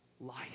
life